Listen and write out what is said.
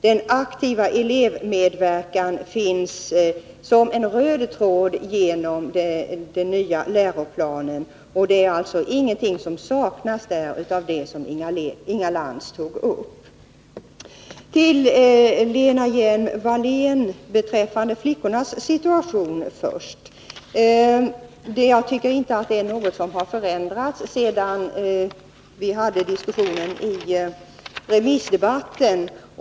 Den aktiva elevmedverkan går som en röd tråd genom den nya läroplanen, och ingenting saknas där av det som Inga Lantz tog upp. Så till Lena Hjelm-Wallén, först beträffande flickornas situation. Jag tycker inte att något har förändrats sedan vi hade diskussionen i den allmänpolitiska debatten.